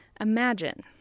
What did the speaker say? Imagine